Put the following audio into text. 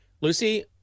Lucy